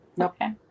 Okay